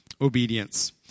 obedience